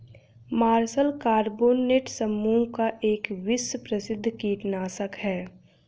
martial carbonate समूह का एक विश्व प्रसिद्ध कीटनाशक है